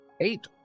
eight